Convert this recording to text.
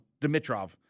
Dimitrov